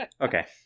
okay